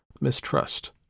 mistrust